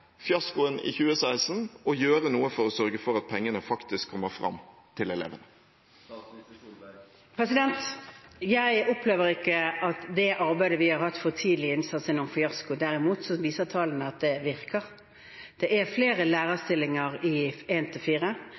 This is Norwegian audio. i 2016, å gjøre noe for å sørge for at pengene faktisk kommer fram til elevene? Jeg opplever ikke at det arbeidet vi har hatt for tidlig innsats, er noen fiasko. Derimot viser tallene at det virker. Det er flere lærerstillinger i